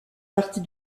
partie